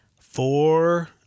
Four